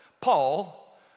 Paul